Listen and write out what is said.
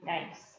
Nice